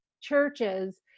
churches